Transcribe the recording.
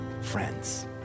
friends